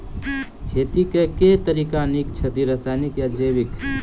खेती केँ के तरीका नीक छथि, रासायनिक या जैविक?